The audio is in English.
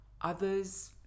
Others